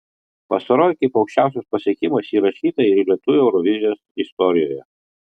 pastaroji kaip aukščiausias pasiekimas įrašyta ir lietuvių eurovizijos istorijoje